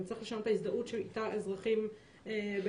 צריך לשנות את ההזדהות שאיתה אזרחים ניגשים